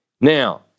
Now